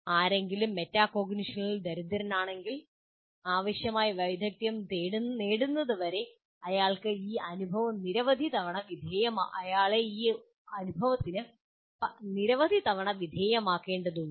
ആരെങ്കിലും മെറ്റാകോഗ്നിഷനിൽ ദരിദ്രനാണെങ്കിൽ ആവശ്യമായ വൈദഗ്ദ്ധ്യം നേടുന്നതുവരെ അയാൾക്ക് ഈ അനുഭവം നിരവധി തവണ വിധേയമാക്കേണ്ടതുണ്ട്